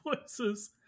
voices